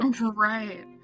right